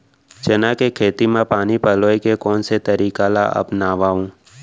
चना के खेती म पानी पलोय के कोन से तरीका ला अपनावव?